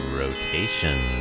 rotation